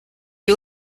you